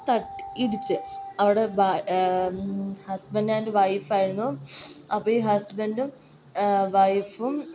തട്ടി ഇടിച്ച് അവിടെ ബാ ഹസ്ബന്റ്റ് ആൻഡ് വൈഫായിരുന്നു അപ്പം ഈ ഹസ്ബന്റും വൈഫും